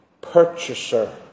purchaser